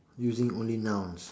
using only nouns